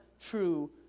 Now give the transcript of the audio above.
true